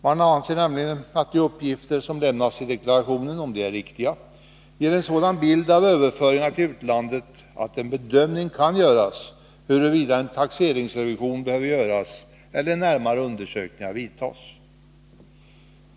Den anser nämligen att de uppgifter som lämnas i deklarationen — om de är riktiga — ger en sådan bild av överföringarna till utlandet att en bedömning kan göras huruvida en taxeringsrevision eller närmare undersökningar behöver företas vidtas.